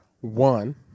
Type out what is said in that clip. One